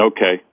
Okay